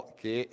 che